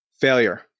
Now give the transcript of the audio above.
Failure